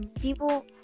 people